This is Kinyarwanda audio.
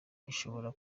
bishobora